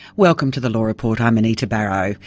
welcome to the law report, i'm anita barraud.